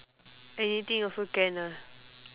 anything also can ah